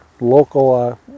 local